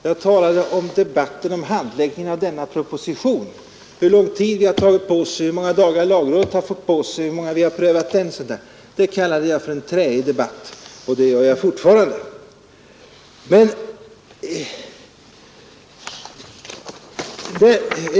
Jag talade om debatten om handläggningen av denna proposition, hur lång tid lagrådet haft på sig osv. Det kallade jag för en träig debatt — och det gör jag fortfarande.